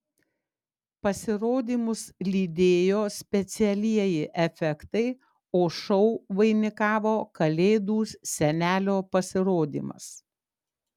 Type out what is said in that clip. pasirodymus lydėjo specialieji efektai o šou vainikavo kalėdų senelio pasirodymas